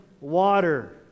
water